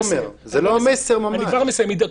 תומר --- זה בדיוק המסר,